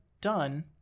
done